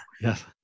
Yes